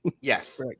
yes